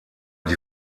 die